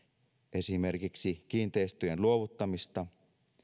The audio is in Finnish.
esimerkiksi kiinteistöjen luovuttamista